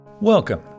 Welcome